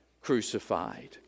crucified